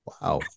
Wow